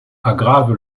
aggrave